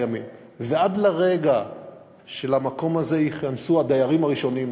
הקיימים ועד לרגע שלמקום הזה ייכנסו הדיירים הראשונים,